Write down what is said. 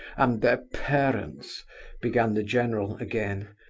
and their parents began the general, again.